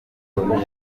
loni